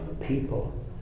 people